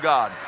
God